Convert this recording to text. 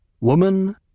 Woman